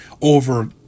over